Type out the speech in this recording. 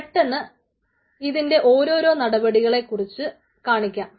പെട്ടെന്ന് ഇതിന്റെ ഓരോരോ നടപടിക്രമങ്ങളെ കുറിച്ചു കാണിക്കാം